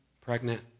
pregnant